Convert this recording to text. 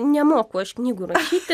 nemoku aš knygų rašyti